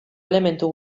elementu